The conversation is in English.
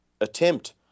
attempt